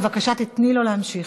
בבקשה, תני לו להמשיך.